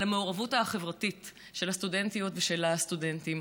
למעורבות החברתית של הסטודנטיות ושל הסטודנטים.